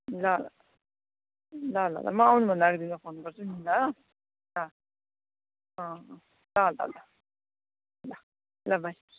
ल ल ल ल म आउनुभन्दा अगाडि तिमीलाई फोन गर्छु नि ल ल ल ल ल बाई